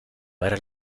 para